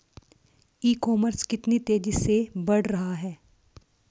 ई commerce कितनी तेजी से बढ़ रहा है?